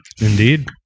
Indeed